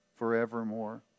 forevermore